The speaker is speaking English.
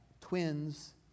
twins